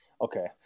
Okay